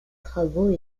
travaux